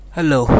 Hello